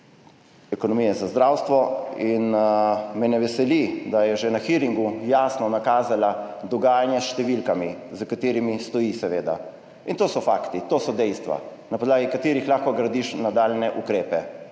ekonomije za zdravstvo in me ne veseli, da je že na hearingu jasno nakazala dogajanje s številkami, za katerimi stoji seveda in to so fakti, to so dejstva, na podlagi katerih lahko gradiš nadaljnje ukrepe